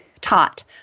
taught